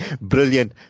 brilliant